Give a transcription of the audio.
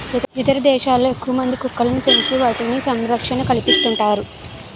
ఇతర దేశాల్లో ఎక్కువమంది కుక్కలను పెంచి వాటికి సంరక్షణ కల్పిస్తుంటారు